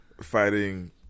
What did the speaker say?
Fighting